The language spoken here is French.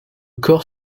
core